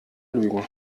lügen